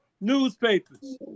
newspapers